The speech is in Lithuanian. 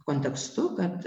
kontekstu kad